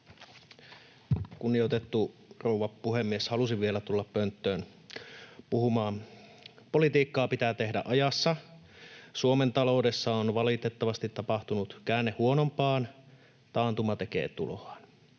Kunnioitettu rouva puhemies! Halusin vielä tulla pönttöön puhumaan. Politiikkaa pitää tehdä ajassa. Suomen taloudessa on valitettavasti tapahtunut käänne huonompaan. Taantuma tekee tuloaan.